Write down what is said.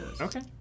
Okay